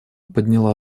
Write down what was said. подняла